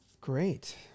Great